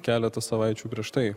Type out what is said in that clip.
keletą savaičių prieš tai